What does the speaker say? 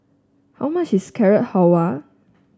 how much is Carrot Halwa